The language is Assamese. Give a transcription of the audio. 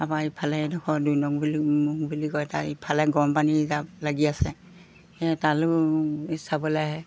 আমাৰ ইফালে ধৰ দুই নং বুলি দুই নং বুলি কয় তাৰ ইফালে গৰমপানী ৰিজাৰ্প লাগি আছে সেয়ে তালৈও চাবলৈ আহে